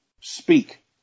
speak